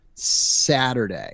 saturday